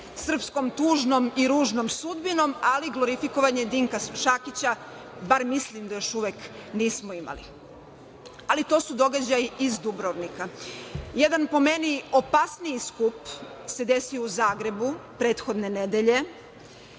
srpskom, tužnom i ružnom sudbinom, ali glorifikovanje Dinka Šakića bar mislim da još uvek nismo imali. Ali, to su događaji iz Dubrovnika. Jedan po meni opasniji skup se desio u Zagrebu prethodne nedelje,